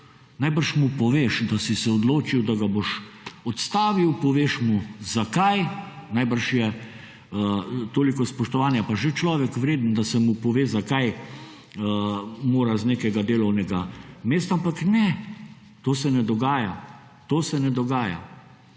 najbrž mu poveš, da si se odločil, da ga boš odstavil, poveš mu, zakaj, najbrž je toliko spoštovanja pa že človek vreden, da se mu pove, zakaj mora z nekega delovnega mesta. Ampak ne, to se ne dogaja, to se ne dogaja.